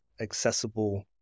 accessible